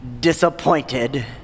disappointed